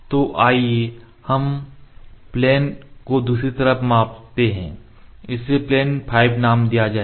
तो आइए हम प्लेन को दूसरी तरफ मापते हैं इसे प्लेन 5 नाम दिया जाएगा